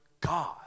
God